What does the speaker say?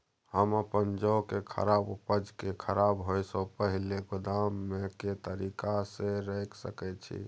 हम अपन जौ के उपज के खराब होय सो पहिले गोदाम में के तरीका से रैख सके छी?